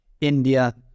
India